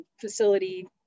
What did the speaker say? facility